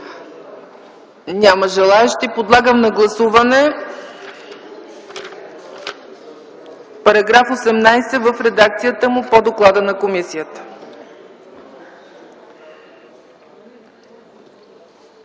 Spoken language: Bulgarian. Няма желаещи. Подлагам на гласуване § 18 в редакцията му по доклада на комисията.